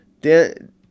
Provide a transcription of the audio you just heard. Dan